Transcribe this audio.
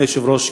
אדוני היושב-ראש,